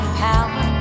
power